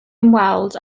ymweld